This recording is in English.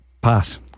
Pass